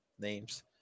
names